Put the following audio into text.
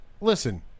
listen